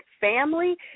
family